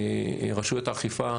רשויות האכיפה,